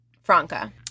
Franca